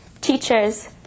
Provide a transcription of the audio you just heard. teachers